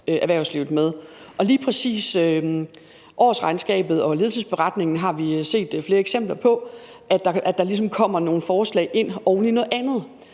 erhvervslivet med. Og lige præcis med årsregnskabet og ledelsesberetningen har vi set flere eksempler på, at der ligesom kommer nogle forslag ind oven i noget andet,